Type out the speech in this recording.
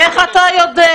איך אתה יודע?